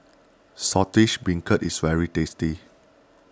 Saltish Beancurd is very tasty